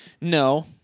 No